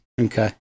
okay